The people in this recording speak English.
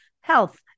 health